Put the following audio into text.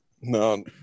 No